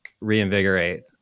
reinvigorate